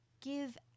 Give